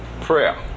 prayer